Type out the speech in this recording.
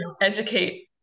educate